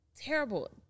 terrible